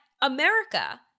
America